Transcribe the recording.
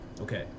Okay